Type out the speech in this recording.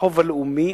החוב הלאומי,